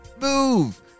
move